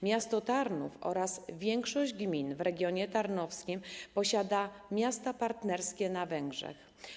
Miasto Tarnów oraz większość gmin w regionie tarnowskim posiada miasta partnerskie na Węgrzech.